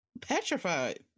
petrified